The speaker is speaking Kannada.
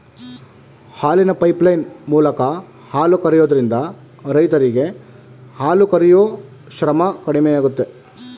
ಹಾಲಿನ ಪೈಪ್ಲೈನ್ ಮೂಲಕ ಹಾಲು ಕರಿಯೋದ್ರಿಂದ ರೈರರಿಗೆ ಹಾಲು ಕರಿಯೂ ಶ್ರಮ ಕಡಿಮೆಯಾಗುತ್ತೆ